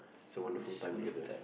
it's a wonderful time together